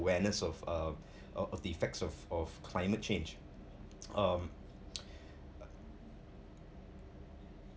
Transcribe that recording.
awareness of uh of the effects of of climate change um